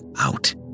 out